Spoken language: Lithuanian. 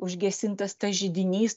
užgesintas tas židinys